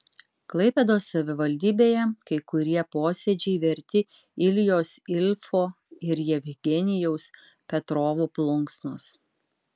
klaipėdos savivaldybėje kai kurie posėdžiai verti iljos ilfo ir jevgenijaus petrovo plunksnos